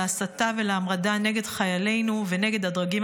להסתה ולהמרדה נגד חיילינו ונגד הדרגים